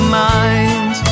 mind